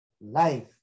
life